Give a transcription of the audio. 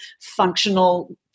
functional